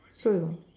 so you